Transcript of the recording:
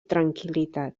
tranquil·litat